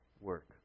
work